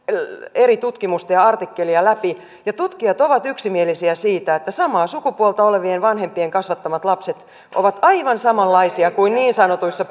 eri tutkimusta ja artikkelia läpi ja tutkijat ovat yksimielisiä siitä että samaa sukupuolta olevien vanhempien kasvattamat lapset ovat aivan samanlaisia kuin niin sanotuissa